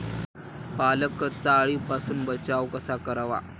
पालकचा अळीपासून बचाव कसा करावा?